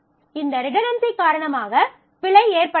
இந்த ரிடன்டன்சி காரணமாக பிழை ஏற்படக்கூடும்